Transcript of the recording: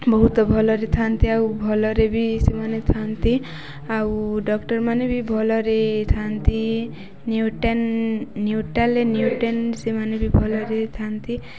ବହୁତ ଭଲରେ ଥାଆନ୍ତି ଆଉ ଭଲରେ ବି ସେମାନେ ଥାଆନ୍ତି ଆଉ ଡକ୍ଟର ମାନେ ବି ଭଲରେ ଥାଆନ୍ତି ନ୍ୟୁଟେନ ସେମାନେ ବି ଭଲରେ ଥାନ୍ତି